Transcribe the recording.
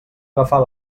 agafar